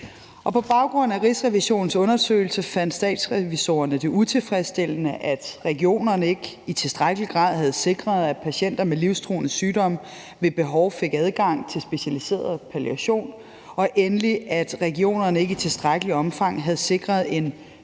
På baggrund af Rigsrevisionens undersøgelse fandt Statsrevisorerne det utilfredsstillende, at regionerne ikke i tilstrækkelig grad havde sikret, at patienter med livstruende sygdomme ved behov fik adgang til specialiseret palliation, og endelig at regionerne ikke i tilstrækkeligt omfang havde sikret en